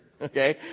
Okay